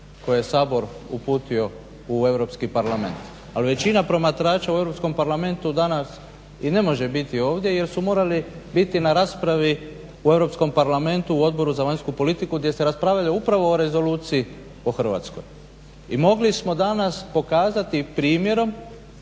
koje Sabor uputio u Europski parlament. Ali većina promatrača u Europskom parlamentu danas i ne može biti ovdje, jer su morali biti na raspravi u Europskom parlamentu, u Odboru za vanjsku politiku gdje se raspravlja upravo o Rezoluciji o Hrvatskoj. I mogli smo danas pokazati i primjerom